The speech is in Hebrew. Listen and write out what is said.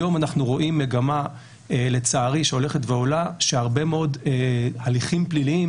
היום אנחנו רואים מגמה שהולכת ועולה שלפיה הרבה מאוד הליכים פליליים